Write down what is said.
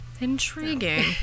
intriguing